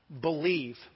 Believe